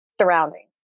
surroundings